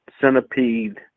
centipede